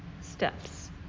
steps